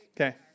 Okay